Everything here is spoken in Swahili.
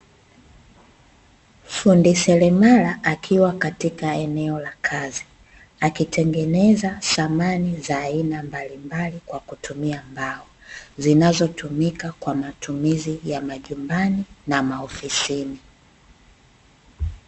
Fundi seremala akiwa katika eneo la kazi, akitengeneza samani za aina mbalimbali kwa kutumia mbao, zinazotumika kwa matumizi ya majumbani na maofisini.